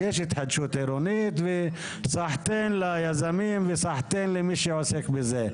יש התחדשות עירונית וסחתיין ליזמים וסחתיין למי שעוסק בזה.